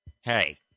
Hey